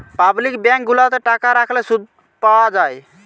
public bank গুলাতে টাকা রাখলে শুধ পাওয়া যায়